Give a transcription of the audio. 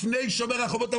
לפני שומר החומות,